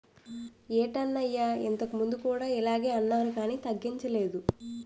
ఏటన్నయ్యా ఇంతకుముందు కూడా ఇలగే అన్నారు కానీ తగ్గించలేదు